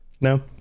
no